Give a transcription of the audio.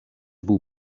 był